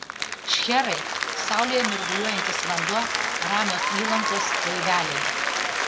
šcherai saulėje mirguliuojantis vanduo ramios įlankos laiveliai